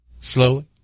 slowly